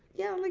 yeah, like